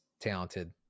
talented